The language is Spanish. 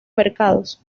mercados